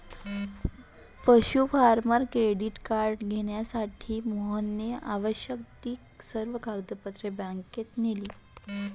पशु farmer credit card घेण्यासाठी मोहनने आवश्यक ती सर्व कागदपत्रे बँकेत नेली